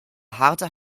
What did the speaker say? harte